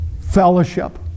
fellowship